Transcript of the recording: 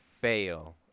fail